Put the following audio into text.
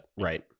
right